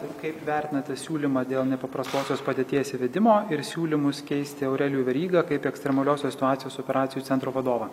ir kaip vertinate siūlymą dėl nepaprastosios padėties įvedimo ir siūlymus keisti aurelijų verygą kaip ekstremaliosios situacijos operacijų centro vadovą